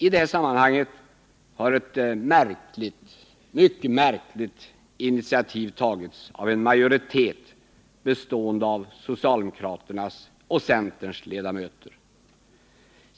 I det här sammanhanget har ett mycket märkligt initiativ tagits av en majoritet bestående av socialdemokraternas och centerns ledamöter i utskottet.